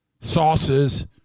sauces